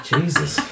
Jesus